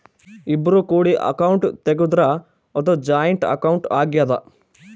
ಇಬ್ರು ಕೂಡಿ ಅಕೌಂಟ್ ತೆಗುದ್ರ ಅದು ಜಾಯಿಂಟ್ ಅಕೌಂಟ್ ಆಗ್ಯಾದ